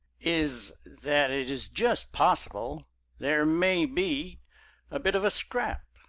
is that it is just possible there may be a bit of a scrap.